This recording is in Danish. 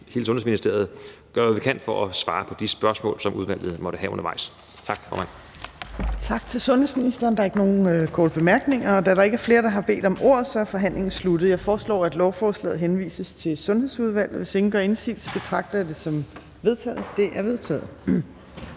hele Sundhedsministeriet vil gøre, hvad vi kan, for at svare på de spørgsmål, som udvalget måtte have undervejs. Tak, formand. Kl. 15:40 Tredje næstformand (Trine Torp): Tak til sundhedsministeren. Der er ikke nogen korte bemærkninger. Da der ikke er flere, der har bedt om ordet, er forhandlingen afsluttet. Jeg foreslår, at lovforslaget henvises til Sundhedsudvalget. Og hvis ingen gør indsigelse, betragter jeg dette som vedtaget. Det er vedtaget.